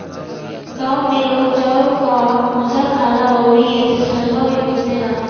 गांव में लोग जौ कअ भुजा खाला अउरी एसे सतुआ भी पिसाला